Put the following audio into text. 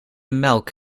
melk